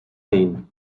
maine